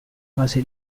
fase